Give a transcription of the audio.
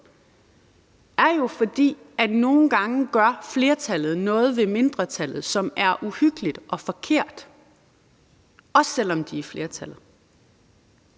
er jo, at flertallet nogle gange gør noget ved mindretallet, som er uhyggeligt og forkert, også selv om de er flertallet.